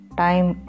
time